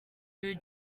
new